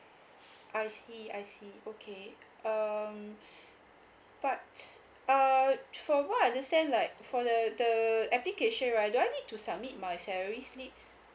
I see I see okay um but uh from what I understand like for the the the application right do I need to submit my salary slips